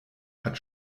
hat